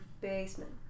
basement